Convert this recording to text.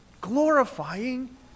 glorifying